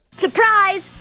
Surprise